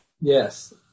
Yes